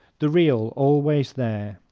the real always there